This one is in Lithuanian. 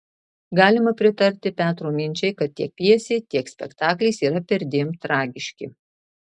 galima pritarti petro minčiai kad tiek pjesė tiek spektaklis yra perdėm tragiški